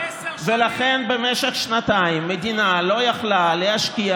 ולכן במשך שנתיים המדינה לא יכלה להשקיע